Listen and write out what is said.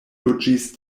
loĝis